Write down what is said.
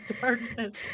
darkness